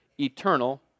eternal